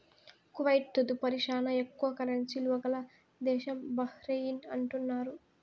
Kuwait తదుపరి శానా ఎక్కువ కరెన్సీ ఇలువ గల దేశం బహ్రెయిన్ అంటున్నారు